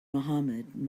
muhammad